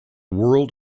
world